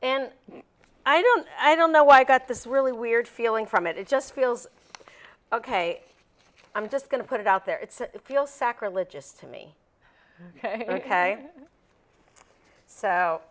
and i don't i don't know why i got this really weird feeling from it it just feels ok i'm just going to put it out there it's a feel sacrilegious to me ok so